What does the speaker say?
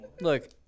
Look